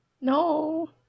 No